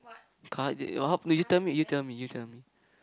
car that you how you tell me you tell me you tell me